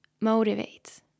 motivate